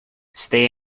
stay